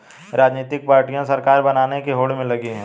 राजनीतिक पार्टियां सरकार बनाने की होड़ में लगी हैं